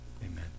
Amen